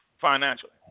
financially